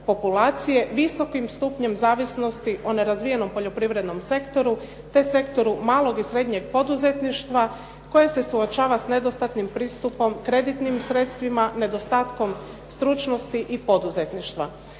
visokim stupnjem zavisnosti o nerazvijenom poljoprivrednom sektoru, te sektoru malog i srednjeg poduzetništva koji se suočava sa nedostatnim pristupom kreditnim sredstvima, nedostatkom stručnosti i poduzetništva.